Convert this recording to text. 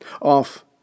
off